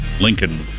Lincoln